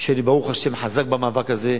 שאני ברוך השם חזק במאבק הזה,